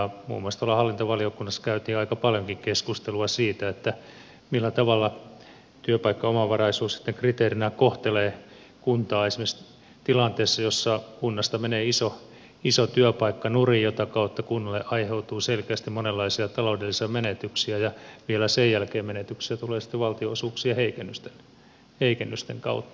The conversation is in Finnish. muun muassa tuolla hallintovaliokunnassa käytiin aika paljonkin keskustelua siitä millä tavalla työpaikkaomavaraisuus sitten kriteerinä kohtelee kuntaa esimerkiksi tilanteessa jossa kunnasta menee iso työpaikka nurin mitä kautta kunnalle aiheutuu selkeästi monenlaisia taloudellisia menetyksiä ja vielä sen jälkeen menetyksiä tulee sitten valtionosuuksien heikennysten kautta